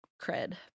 cred